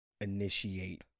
initiate